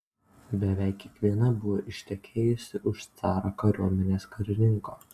beveik kiekviena buvo ištekėjusi už caro kariuomenės karininko